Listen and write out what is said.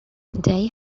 they